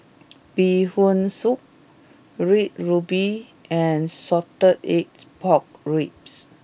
Bee Hoon Soup Red Ruby and Salted Egg Pork Ribs